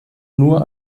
nur